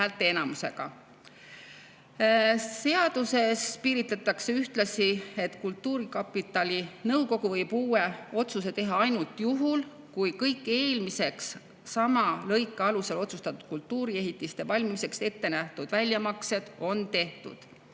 Seaduses piiritletakse ühtlasi, et kultuurkapitali nõukogu võib uue otsuse teha ainult juhul, kui kõik eelmised sama lõike alusel otsustatud kultuuriehitiste valmimiseks ette nähtud väljamaksed on tehtud.